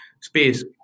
space